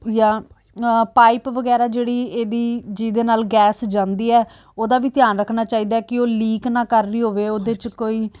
ਜਾਂ ਪਾਈਪ ਵਗੈਰਾ ਜਿਹੜੀ ਇਹਦੀ ਜਿਹਦੇ ਨਾਲ ਗੈਸ ਜਾਂਦੀ ਹੈ ਉਹਦਾ ਵੀ ਧਿਆਨ ਰੱਖਣਾ ਚਾਹੀਦਾ ਕਿ ਉਹ ਲੀਕ ਨਾ ਕਰ ਰਹੀ ਹੋਵੇ ਉਹਦੇ 'ਚ ਕੋਈ